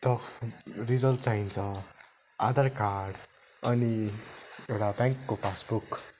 तह रिजल्ट चाहिन्छ आधार कार्ड अनि एउटा ब्याङ्कको पासबुक